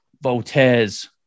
Voltaire's